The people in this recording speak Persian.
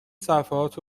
صفحات